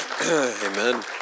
Amen